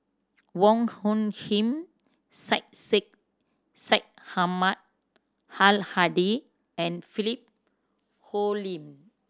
Wong Hung Khim Syed Sheikh Syed Ahmad Al Hadi and Philip Hoalim